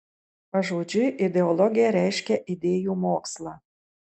pažodžiui ideologija reiškia idėjų mokslą